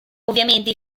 ovviamente